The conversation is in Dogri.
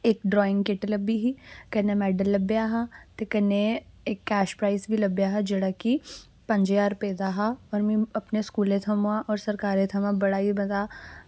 इक ड्राइंग किट लब्भी ही कन्नै मेडल लब्भेआ हा ते कन्नै इक कैश प्राईज बी लब्भेआ हा जेह्ड़ा कि पंज ज्हार रपेऽ दा हा और मिगी अपने स्कूल थमां और सरकार थमां बड़ा गै बड़ा